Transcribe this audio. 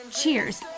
cheers